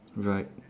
right